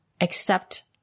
accept